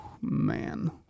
Man